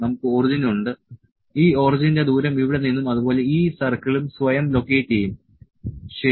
നമുക്ക് ഒറിജിൻ ഉണ്ട് ഈ ഒറിജിന്റെ ദൂരം ഇവിടെ നിന്നും അതുപോലെ ഈ സർക്കിളും സ്വയം ലൊക്കേറ്റ് ചെയ്യും ശരി